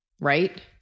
right